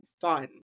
fun